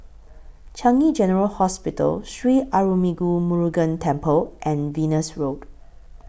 Changi General Hospital Sri Arulmigu Murugan Temple and Venus Road